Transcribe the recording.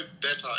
better